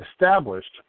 established